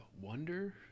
wonder